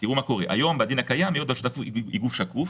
היום בדין הקיים היות ששותפות היא גוף שקוף